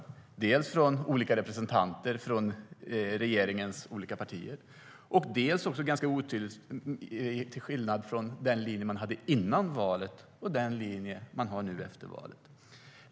Dels är beskeden olika från olika representanter för regeringens olika partier, dels är beskeden ganska otydliga. Det är skillnad mellan den linje man hade före valet och den linje man har nu efter valet.